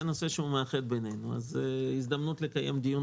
זה נושא שמאחד בינינו אז זו הזדמנות לקיים דיון